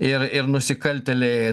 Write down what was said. ir ir nusikaltėliai